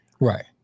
Right